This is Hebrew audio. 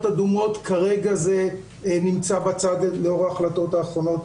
אדומות כרגע זה נמצא בצד לאור ההחלטות האחרונות.